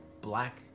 black